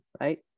right